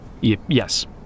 Yes